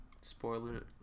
Spoiler